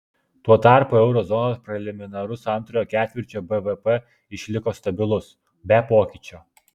tuo tarpu euro zonos preliminarus antrojo ketvirčio bvp išliko stabilus be pokyčio